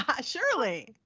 Surely